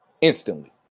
instantly